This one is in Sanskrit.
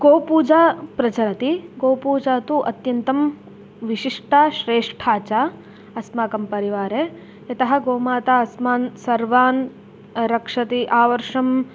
गोपूजा प्रचलति गोपूजा तु अत्यन्तं विशिष्टा श्रेष्ठा च अस्माकं परिवारे यतः गोमाता अस्मान् सर्वान् रक्षति आवर्षम्